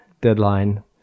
deadline